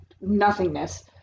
nothingness